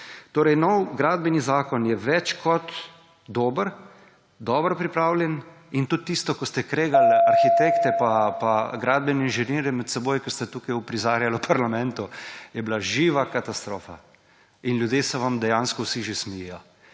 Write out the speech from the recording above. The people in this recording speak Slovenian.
drži. Nov gradbeni zakon je več kot dober, dobro pripravljen. In tudi tisto, ko ste kregali arhitekte in gradbene inženirje med seboj, kar ste tukaj uprizarjali v parlamentu, je bila živa katastrofa. In ljudje se vam dejansko vsi že smejijo.